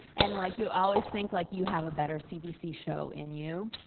and like you always think like you have a better cbc show in you.